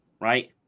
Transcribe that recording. right